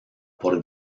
por